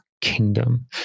kingdom